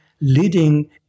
leading